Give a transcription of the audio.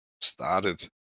started